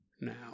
now